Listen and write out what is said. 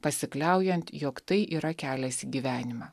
pasikliaujant jog tai yra kelias į gyvenimą